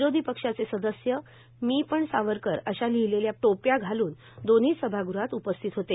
विरोधी पक्षाचे सदस्य मी पण सावरकर अश्या लिहिलेल्या टोप्या घालून दोन्ही सभागृहात उपस्थित होते